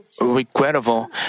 regrettable